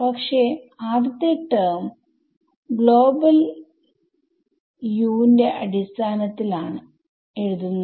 പക്ഷെ ആദ്യത്തെ term global Us അടിസ്ഥാനത്തിൽ ആണ് എഴുതുന്നത്